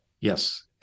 Yes